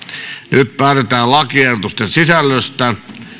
nyt päätetään lakiehdotusten sisällöstä